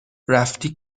رفتی